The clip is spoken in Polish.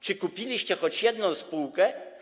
Czy kupiliście choć jedną spółkę?